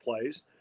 plays